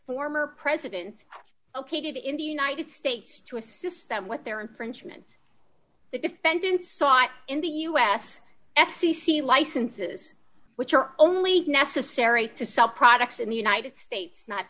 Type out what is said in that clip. form or president ok did in the united states to assist them with their infringement the defendants sought in the u s f c c licenses which are only necessary to sell products in the united states not